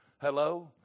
Hello